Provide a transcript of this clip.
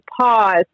pause